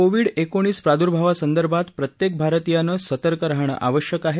Covid एकोणीस प्रादुर्भावासंदर्भात प्रत्येक भारतीयानं सतर्क राहणं आवश्यक आहे